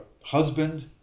husband